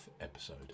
episode